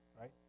right